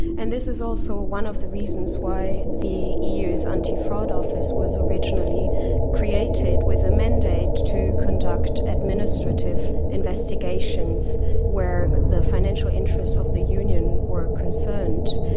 and this is also one of the reasons why the eu's antifraud office was originally created with a mandate to conduct administrative investigations where the financial interests of the union were concerned.